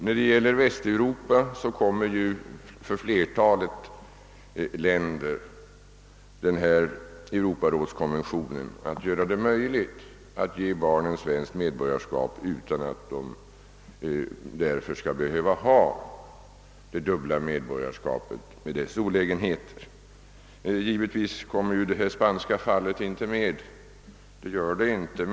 När det gäller Västeuropa gör denna europarådskonvention det möjligt för flertalet länder att ge barnen svenskt medborgarskap utan att barnet behöver få det dubbla medborgarskapet med. dess olägenheter. Det är riktigt att så inte blir fallet med ett barn som har en spansk fader.